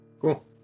Cool